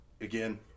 Again